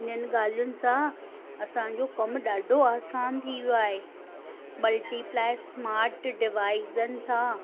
इन्हनि ॻाल्हियुनि सां असांजो कम ॾाढो आसान थी वियो आहे मल्टीप्लाई स्मार्ट डिवाइजनि सां